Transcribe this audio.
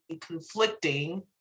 conflicting